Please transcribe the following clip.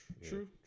true